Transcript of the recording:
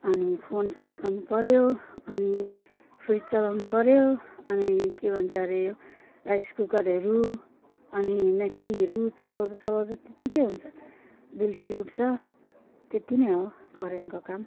अनि phone charge गर्नुपऱ्यो अनि फ्रिज चलाउनुपऱ्यो अनि के भन्छ अरे राइस कुकरहरू अनि मेक्सीहरू चलाउँदा चलाउँदा त्यतिकै हुन्छ बिलसिल उठ्छ त्यति नै हो करेन्टको काम